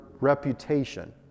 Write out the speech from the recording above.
reputation